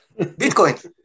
Bitcoin